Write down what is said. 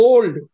Old